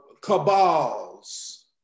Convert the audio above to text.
cabals